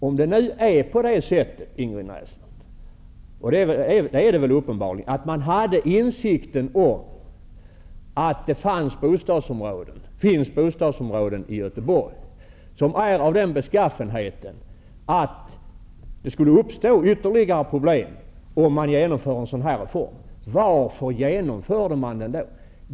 Om det nu är på det sättet, Ingrid Näslund -- och det är det uppenbarligen -- att man hade insikten att det i Göteborg finns bostadsområden som är av den beskaffenheten att det skulle uppstå ytterligare problem om man genomförde en sådan här reform, varför genomförde man den då?